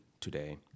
today